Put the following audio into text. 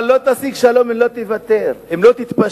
אבל לא תשיג שלום אם לא תוותר, אם לא תתפשר,